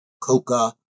coca